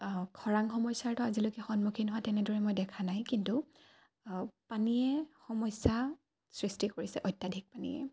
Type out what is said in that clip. খৰাং সমস্যাৰটো আজিলৈকে সন্মুখীন হোৱা তেনেদৰে মই দেখা নাই কিন্তু পানীয়ে সমস্যা সৃষ্টি কৰিছে অত্যাধিক পানীয়ে